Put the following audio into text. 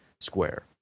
square